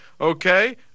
Okay